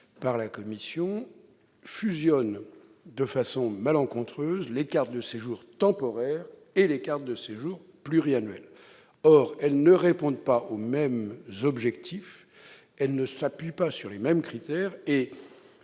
par la commission, fusionne de façon malencontreuse les cartes de séjour temporaires et les cartes de séjour pluriannuelles. Or ces deux titres ne répondent pas aux mêmes objectifs et ne s'appuient pas sur les mêmes critères.